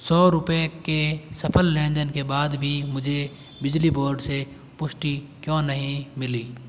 सौ रुपये के सफल लेनदेन के बाद भी मुझे बिजली बोर्ड से पुष्टि क्यों नहीं मिली